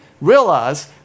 realize